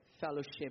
fellowship